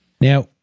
Now